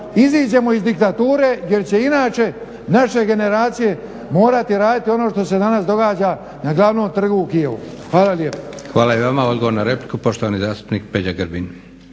iziđemo iz diktature jer će inače naše generacije morati raditi ono što se danas događa na glavnom trgu u Kijevu. Hvala lijepo. **Leko, Josip (SDP)** Hvala i vama. Odgovor na repliku, poštovani zastupnik Peđa Grbin.